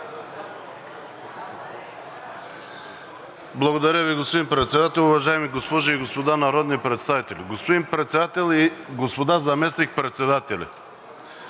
Благодаря Ви, господин Председател. Уважаеми госпожи и господа народни представители! Господин Председател и господа заместник-председатели,